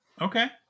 Okay